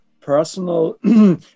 personal